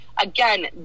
Again